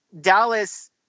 Dallas